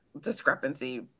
discrepancy